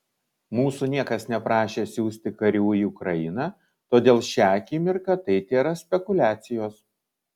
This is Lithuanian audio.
mūsų niekas neprašė siųsti karių į ukrainą todėl šią akimirką tai tėra spekuliacijos